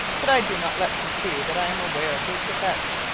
but i do not let him see that i am aware of his defect.